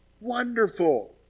Wonderful